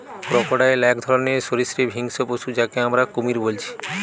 crocodile এক ধরণের সরীসৃপ হিংস্র পশু যাকে আমরা কুমির বলছি